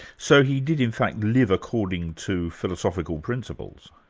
so he did in fact live according to philosophical principles?